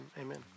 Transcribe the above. Amen